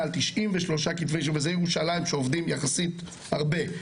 על 93 כתבי אישום וזה ירושלים שעובדים יחסית הרבה,